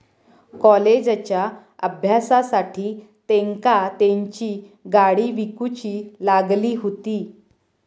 कॉलेजच्या अभ्यासासाठी तेंका तेंची गाडी विकूची लागली हुती